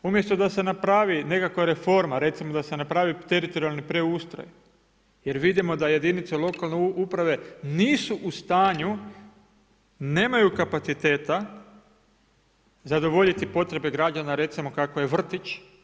Umjesto da se napravi nekakva reforma, recimo da se napravi teritorijalni preustroj jer vidimo da jedinice lokalne samouprave nisu u stanju nemaju kapaciteta zadovoljiti potrebe građana, recimo kako je vrtić.